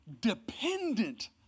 dependent